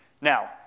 Now